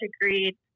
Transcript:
agreed